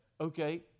Okay